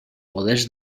poders